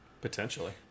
Potentially